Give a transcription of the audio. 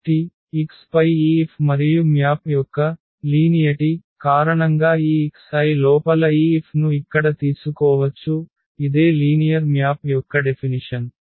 కాబట్టి X పై ఈ F మరియు మ్యాప్ యొక్క సరళత కారణంగా ఈ xi లోపల ఈ F ను ఇక్కడ తీసుకోవచ్చు ఇదే లీనియర్ మ్యాప్ యొక్క డెఫినిషన్